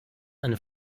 eine